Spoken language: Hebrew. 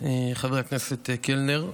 חבר הכנסת קלנר.